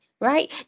right